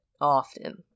often